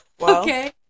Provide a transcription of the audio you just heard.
Okay